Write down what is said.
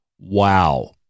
wow